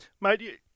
Mate